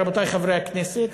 רבותי חברי הכנסת,